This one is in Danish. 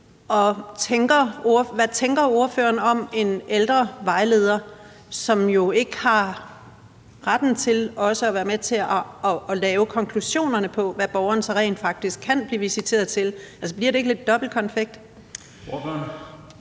hvad tænker ordføreren om en ældrevejleder, som jo ikke har retten til også at være med til at lave konklusionerne på, hvad borgeren så rent faktisk kan blive visiteret til? Bliver det ikke lidt dobbeltkonfekt?